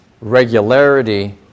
Regularity